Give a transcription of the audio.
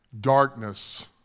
Darkness